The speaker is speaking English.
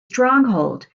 stronghold